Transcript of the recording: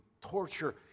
torture